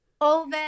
over